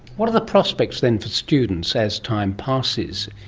what are the prospects then for students as time passes?